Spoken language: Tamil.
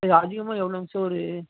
சார் அதிகமாக எவ்வளோங்க சார் ஒரு